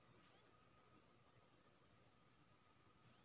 Debit card के सालाना शुल्क कत्ते लगे छै?